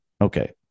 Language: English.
Okay